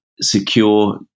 secure